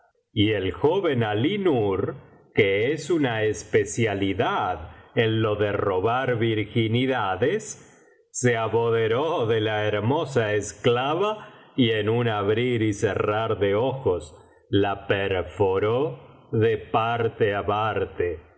y el joven alí nur que es una especialidad en lo de robar virginidades se apoderó de la hermosa esclava y en un abrir y cerrar de ojos la perforó de parte á parte